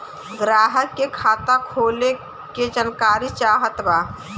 ग्राहक के खाता खोले के जानकारी चाहत बा?